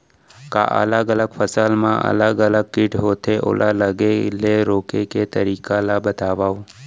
का अलग अलग फसल मा अलग अलग किट होथे, ओला लगे ले रोके के तरीका ला बतावव?